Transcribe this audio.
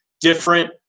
different